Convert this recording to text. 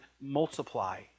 multiply